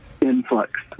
influx